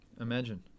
Imagine